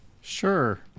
Sure